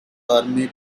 army